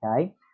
Okay